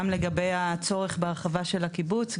גם לגבי הצורך בהרחבה של הקיבוץ,